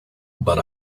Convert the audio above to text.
but